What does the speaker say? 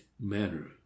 manner